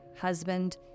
husband